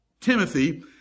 Timothy